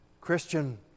Christian